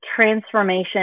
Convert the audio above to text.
transformation